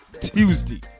Tuesday